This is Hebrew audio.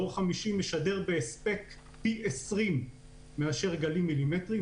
דור חמישי משדר באספקט פי 20 מאשר גלים מילימטריים